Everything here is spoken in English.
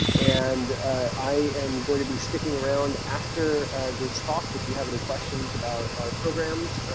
and i am going to be sticking around after this talk if you have any questions about our programs